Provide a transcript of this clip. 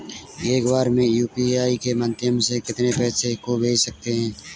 एक बार में यू.पी.आई के माध्यम से कितने पैसे को भेज सकते हैं?